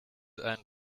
ein